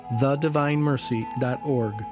thedivinemercy.org